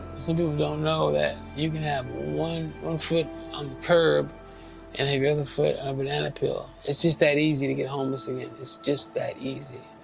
some people don't know that you can have one one foot on the curb and have your other foot on a banana peel. it's just that easy to get homeless again, it's just that easy.